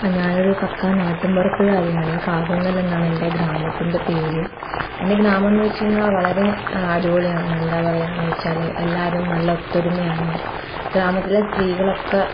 ഞാനൊരു പക്കാ നാട്ടിൻപുറത്തുകാരിയാണ് കാവുങ്കൽ എന്നാണു എൻ്റെ ഗ്രാമത്തിൻ്റെ പേര് എൻ്റെ ഗ്രാമമെന്നു വെച്ചുകഴിഞ്ഞാൽ വളരെ അടിപൊളിയാണ് എന്താ പറയുക എന്നുവെച്ചാൽ എല്ലാവരും നല്ല ഒത്തൊരുമയാണ് ഗ്രാമത്തിലെ സ്ത്രീകളൊക്ക